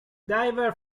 diver